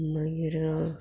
मागीर